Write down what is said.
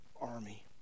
army